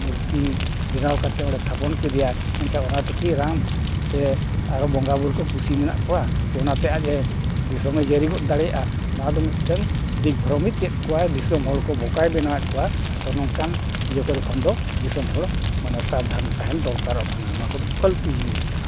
ᱢᱩᱨᱛᱤ ᱵᱮᱱᱟᱣ ᱠᱟᱛᱮᱫ ᱚᱸᱰᱮ ᱛᱷᱟᱯᱚᱱ ᱠᱮᱫᱮᱭᱟᱭ ᱢᱮᱱᱠᱷᱟᱱ ᱚᱱᱟ ᱛᱮᱠᱤ ᱨᱟᱢ ᱥᱮ ᱟᱨᱚ ᱵᱚᱸᱜᱟᱼᱵᱩᱨᱩ ᱠᱚ ᱠᱩᱥᱤ ᱢᱮᱱᱟᱜ ᱠᱚᱣᱟ ᱥᱮ ᱚᱱᱟᱛᱮ ᱟᱡᱼᱮ ᱫᱤᱥᱚᱢᱮ ᱡᱟᱹᱨᱤ ᱜᱚᱫ ᱫᱟᱲᱮᱭᱟᱜᱼᱟ ᱱᱚᱣᱟᱫᱚ ᱢᱤᱫᱴᱮᱱ ᱫᱤᱠ ᱵᱷᱨᱚᱢᱤᱠᱮᱫ ᱠᱚᱣᱟᱭ ᱫᱤᱥᱚᱢ ᱦᱚᱲ ᱠᱚ ᱵᱳᱠᱟᱭ ᱵᱮᱱᱟᱣᱮᱫ ᱠᱚᱣᱟ ᱛᱚ ᱱᱚᱝᱠᱟᱱ ᱤᱭᱟᱹ ᱠᱚᱨᱮ ᱠᱷᱚᱱ ᱫᱚ ᱫᱤᱥᱚᱢ ᱦᱚᱲ ᱢᱟᱱᱮ ᱥᱟᱵᱽᱫᱷᱟᱱ ᱛᱟᱦᱮᱱ ᱫᱚᱨᱠᱟᱨᱚᱜ ᱠᱟᱱᱟ ᱚᱱᱟ ᱠᱚᱫᱚ ᱯᱷᱟᱹᱞᱛᱩ ᱡᱤᱱᱤᱥ ᱠᱟᱱᱟ